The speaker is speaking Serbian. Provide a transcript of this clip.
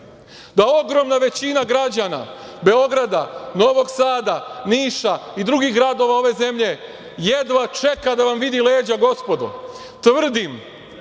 da ogromna većina građana Beograda, Novog Sada, Niša i drugih gradova ove zemlje jedva čeka da vam vidi leđa gospodo.